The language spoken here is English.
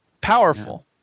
powerful